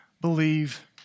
believe